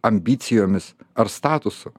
ambicijomis ar statusu